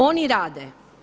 Oni rade.